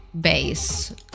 base